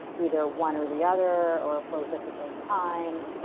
either one or the other, or both at the same time.